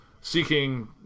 seeking